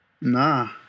Nah